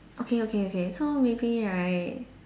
okay okay okay so maybe right